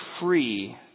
free